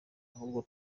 ahubwo